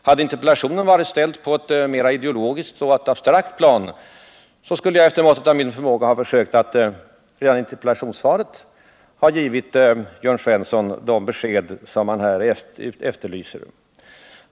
Hade interpellationen varit lagd på ett mera ideologiskt och abstrakt plan skulle jag efter måttet av min förmåga ha försökt att redan i svaret ge Jörn Svensson de besked som han efterlyser.